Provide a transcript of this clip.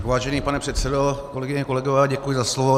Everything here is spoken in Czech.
Vážený pane předsedo, kolegyně, kolegové, děkuji za slovo.